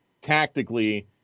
tactically